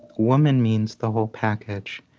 woman means the whole package.